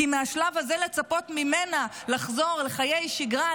כי מהשלב הזה לצפות ממנה לחזור לחיי שגרה,